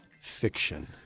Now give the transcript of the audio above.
Fiction